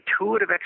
intuitive